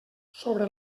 sobre